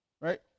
right